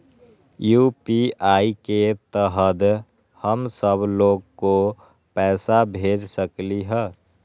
UPI के तहद हम सब लोग को पैसा भेज सकली ह?